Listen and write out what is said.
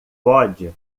pode